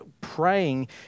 praying